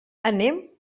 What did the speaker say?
anem